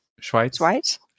Schweiz